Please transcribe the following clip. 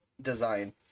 design